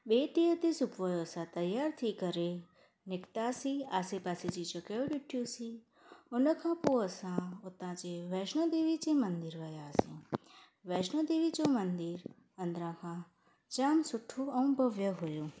ॿिए ॾींहं ते सुबुह जो असां तयार थी करे निकितासीं आसे पासे जी जॻहियूं ॾिठियूंसीं उन खां पोइ असां उतां जे वैष्णो देवी जे मंदरु वियासीं वैष्णो देवी जो मंदरु अंदर खां जाम सुठो ऐं भव्य हुओ